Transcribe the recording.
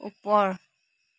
ওপৰ